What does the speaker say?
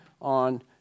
on